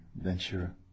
venture